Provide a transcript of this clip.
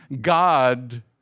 God